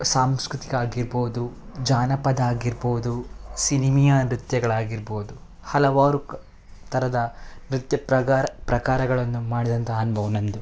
ಸಾಂಸ್ಕೃತಿಕ ಆಗಿರ್ಬೋದು ಜಾನಪದ ಆಗಿರ್ಬೋದು ಸಿನಿಮೀಯ ನೃತ್ಯಗಳಾಗಿರ್ಬೋದು ಹಲವಾರು ಕ ಥರದ ನೃತ್ಯ ಪ್ರಕಾರ ಪ್ರಕಾರಗಳನ್ನು ಮಾಡಿದಂತಹ ಅನುಭವ ನನ್ನದು